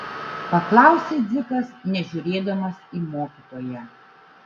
paklausė dzikas nežiūrėdamas į mokytoją